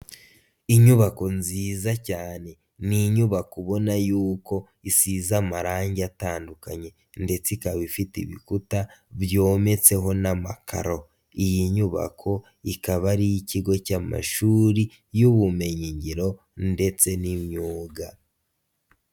Inyubako nziza cyane ni inyubako ubona yuko isize amarangi atandukanye ndetse ikaba ifite ibikuta byometseho n'amakaro, iyi nyubako ikaba ari iy'ikigo cy'amashuri y'ubumenyingiro ndetse n'imyuga.